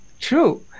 true